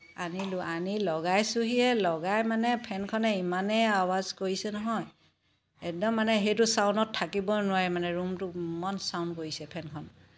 আনিলো আনি লগাইছোহিহে লগাই মানে ফেনখনে ইমানেই আৱাজ কৰিছে নহয় একদম মানে সেইটো ছাউণ্ডত থাকিবই নোৱাৰি মানে ৰুমটো ইমান ছাউণ্ড কৰিছে ফেনখন